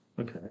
Okay